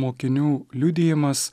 mokinių liudijimas